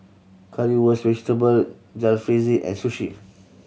Currywurst Vegetable Jalfrezi and Sushi